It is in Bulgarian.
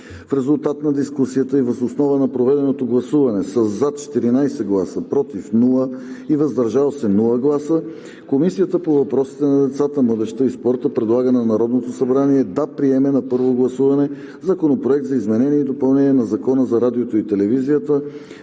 В резултат на дискусията и въз основа на проведеното гласуване с 14 гласа „за“, без „против“ и „въздържал се“ Комисията по въпросите на децата, младежта и спорта предлага на Народното събрание да приеме на първо гласуване Законопроект за изменение и допълнение на Закона за радиото и телевизията,